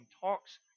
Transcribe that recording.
talks